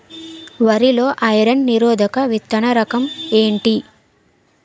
వరి లో ఐరన్ నిరోధక విత్తన రకం ఏంటి?